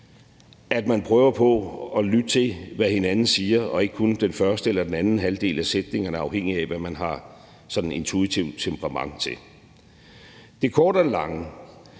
at man prøver på at lytte til, hvad hinanden siger, og ikke kun til den første eller den anden halvdel af sætningerne, afhængigt af hvad man sådan intuitivt har temperament til. Det korte af det